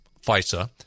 FISA